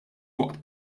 waqt